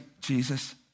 Jesus